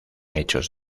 hechos